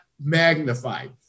magnified